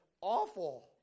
awful